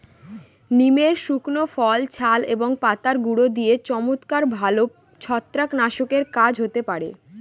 নিমের শুকনো ফল, ছাল এবং পাতার গুঁড়ো দিয়ে চমৎকার ভালো ছত্রাকনাশকের কাজ হতে পারে